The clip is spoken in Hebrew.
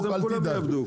אל תדאג.